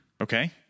Okay